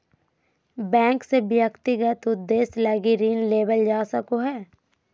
bank से व्यक्तिगत उद्देश्य लगी ऋण लेवल जा सको हइ